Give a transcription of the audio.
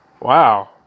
Wow